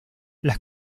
las